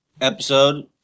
episode